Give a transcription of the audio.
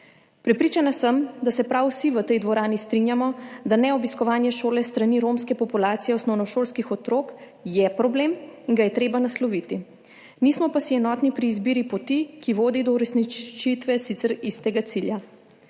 Prepričana sem, da se prav vsi v tej dvorani strinjamo, da je neobiskovanje šole s strani romske populacije osnovnošolskih otrok problem in ga je treba nasloviti, nismo pa si enotni pri izbiri poti, ki vodi do uresničitve sicer istega cilja.